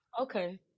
Okay